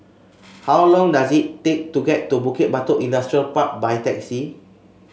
how long does it take to get to Bukit Batok Industrial Park by taxi